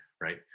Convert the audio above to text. right